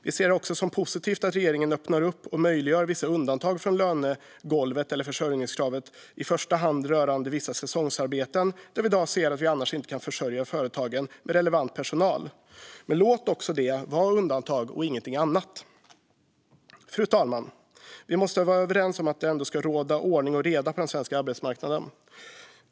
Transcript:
Vi ser det också som positivt att regeringen öppnar upp och möjliggör för vissa undantag från lönegolvet, eller försörjningskravet. I första hand gäller det vissa säsongsarbeten där vi i dag ser att företagen annars inte kan försörjas med relevant personal. Men låt detta vara undantag och ingenting annat. Fru talman! Låt oss vara överens om att det ska råda ordning och reda på den svenska arbetsmarknaden.